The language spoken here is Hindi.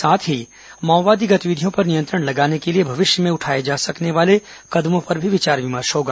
साथ ही माओवादी गतिविधियों पर नियंत्रण लगाने के लिए भविष्य में उठाए जा सकने वाले कदमों पर भी विचार विमर्श होगा